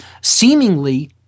seemingly